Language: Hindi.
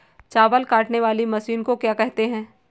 चावल काटने वाली मशीन को क्या कहते हैं?